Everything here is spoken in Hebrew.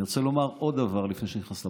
אני רוצה לומר עוד דבר לפני שאני נכנס לפרטים.